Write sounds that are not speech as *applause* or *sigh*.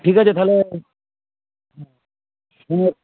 ঠিক আছে তাহলে *unintelligible*